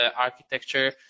architecture